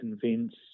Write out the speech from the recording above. convince